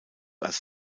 als